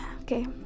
okay